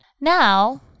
Now